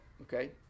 okay